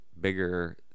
bigger